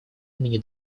имени